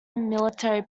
military